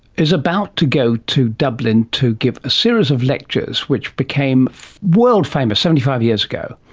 is about to go to dublin to give a series of lectures which became world famous, seventy five years ago,